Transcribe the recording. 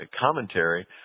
commentary